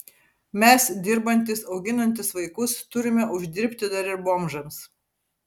mes dirbantys auginantys vaikus turime uždirbti dar ir bomžams